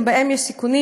גם בו יש סיכונים,